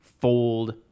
fold